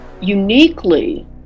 uniquely